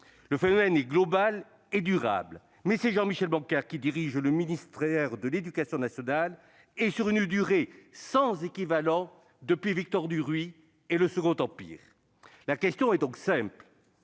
Le phénomène est global et durable, mais c'est Jean-Michel Blanquer qui a dirigé le dernier le ministère de l'éducation nationale, et ce sur une durée sans équivalent depuis Victor Duruy et le Second Empire. La question est simple